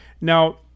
Now